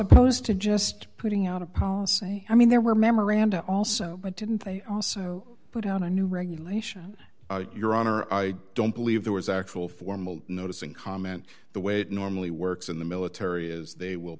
opposed to just putting out a policy i mean there were memoranda also but didn't they also put out a new regulation your honor i don't believe there was actual formal notice and comment the way it normally works in the military is they will